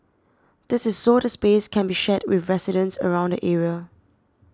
this is so the space can be shared with residents around the area